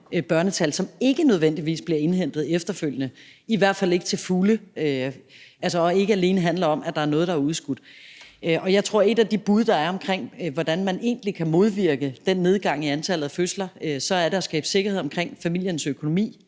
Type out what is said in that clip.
børnetal, som ikke nødvendigvis bliver indhentet efterfølgende – i hvert fald ikke til fulde – og altså ikke alene handler om, at der er noget, der er udskudt. Jeg tror, at et bud på, hvordan man egentlig kan modvirke den nedgang i antallet af fødsler, er at skabe sikkerhed omkring familiernes økonomi.